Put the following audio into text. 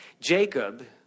Jacob